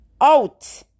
out